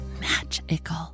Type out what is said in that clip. magical